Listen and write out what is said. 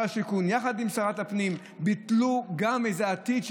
השיכון, יחד עם שרת הפנים, ביטלו איזה תוכנית.